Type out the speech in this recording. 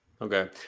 Okay